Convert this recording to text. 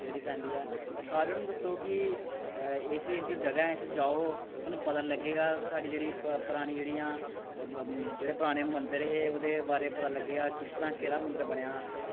जेह्ड़ी पैंदी ऐ एह् सारेआं नू दस्सो कि ऐसी ऐसी जगह् ऐ इत्थें जाओ थोआनू पता लग्गे गा साढ़ी जेह्ड़ी परानी जेह्ड़ियां जेह्ड़े पराने मन्दर हे ओह्दे बारे च पता लग्गे गा कि किस तरह् केह्ड़ा मंदर बनेआ